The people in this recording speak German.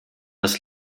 das